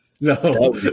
No